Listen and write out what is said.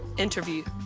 interview.